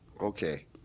Okay